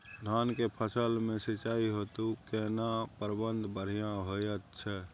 धान के फसल में सिंचाई हेतु केना प्रबंध बढ़िया होयत छै?